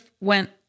went